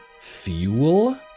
fuel